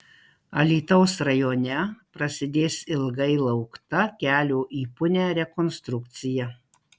alytaus rajone prasidės ilgai laukta kelio į punią rekonstrukcija